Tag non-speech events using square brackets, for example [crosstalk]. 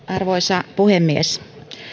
[unintelligible] arvoisa puhemies